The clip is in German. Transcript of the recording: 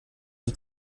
mit